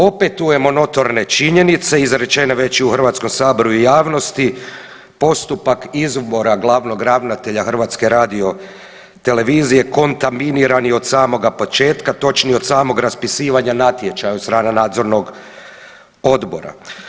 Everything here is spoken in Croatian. Opetujemo notorne činjenice izrečene već i u Hrvatskom saboru i u javnosti, postupak izbora glavnog ravnatelja HRT-a kontaminiran je od samoga početka, točnije od samog raspisivanja natječaja od strane nadzornog odbora.